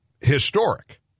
historic